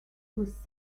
was